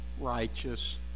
righteous